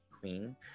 queen